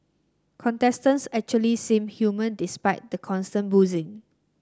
contestants actually seem human despite the constant boozing